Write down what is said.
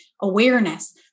awareness